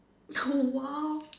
no !wow!